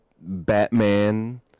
Batman